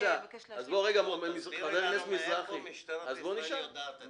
תסבירי לנו איך משטרת ישראל יודעת את זה.